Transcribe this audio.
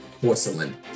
Porcelain